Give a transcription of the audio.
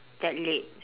that late